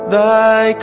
Thy